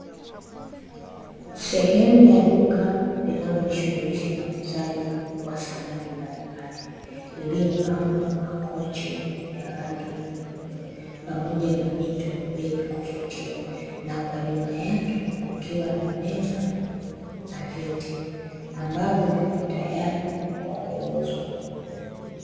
Sehemu ya duka linalojishughulisha na uuzaji wa samani mbalimbali, iliopangwa makochi ya rangi nyeupe pamoja na mito yenye kuvutia na kwa nyuma yake kukiwa na meza na viti ambavyo viko tayari kwa kuuzwa.